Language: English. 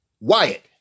Wyatt